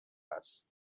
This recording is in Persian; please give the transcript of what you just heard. است